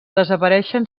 desapareixen